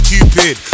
Cupid